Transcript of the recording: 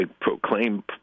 proclaim